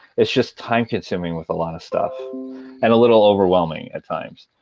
it's just time-consuming with a lot of stuff and a little overwhelming at times.